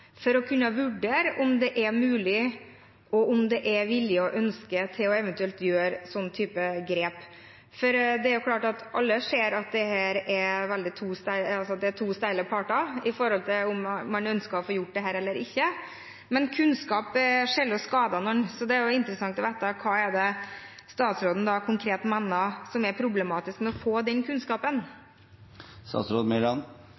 for å kunne vurdere om det er mulig, og om det er vilje og ønske til eventuelt å gjøre sånne grep? Det er klart at alle ser at det her er to steile parter når det gjelder om man ønsker å få gjort dette eller ikke, men kunnskap har sjelden skadet noen, så det er interessant å få vite hva statsråden konkret mener er problematisk med å få den